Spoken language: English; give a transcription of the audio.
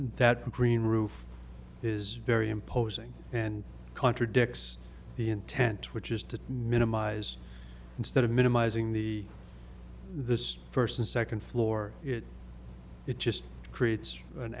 that green roof is very imposing and contradicts the intent which is to minimize instead of minimizing the this first and second floor it just creates an